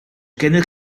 gennych